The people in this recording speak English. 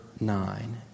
nine